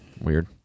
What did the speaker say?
Weird